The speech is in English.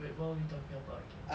wait what were we talking about again